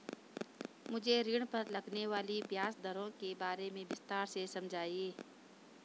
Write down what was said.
मुझे ऋण पर लगने वाली ब्याज दरों के बारे में विस्तार से समझाएं